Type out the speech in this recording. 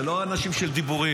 זה לא אנשים של דיבורים.